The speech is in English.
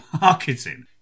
marketing